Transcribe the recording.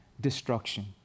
destruction